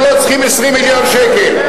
אנחנו לא רוצים 20 מיליון שקל.